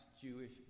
Jewish